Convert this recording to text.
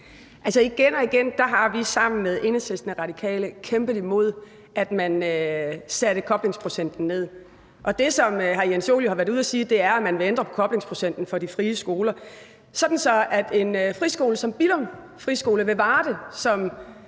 (KF): Igen og igen har vi sammen med Enhedslisten og Radikale Venstre kæmpet imod, at man satte koblingsprocenten ned, og det, som hr. Jens Joel jo har været ude at sige, er, at man vil ændre på koblingsprocenten for de frie skoler, sådan at en friskole som Billum Friskole ved Varde, som